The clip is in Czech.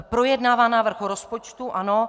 Projednává návrh rozpočtu, ano.